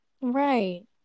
right